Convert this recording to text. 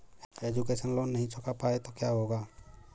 Education loan नहीं चुका पाए तो क्या होगा?